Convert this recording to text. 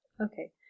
Okay